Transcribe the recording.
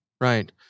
right